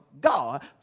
God